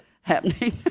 happening